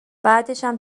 بعدشم